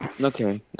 Okay